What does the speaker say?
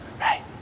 right